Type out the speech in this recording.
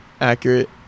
accurate